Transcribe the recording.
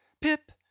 Pip